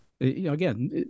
again